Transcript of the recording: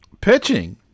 Pitching